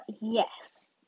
yes